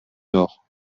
nord